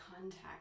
contact